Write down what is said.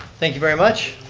thank you very much.